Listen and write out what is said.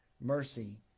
Mercy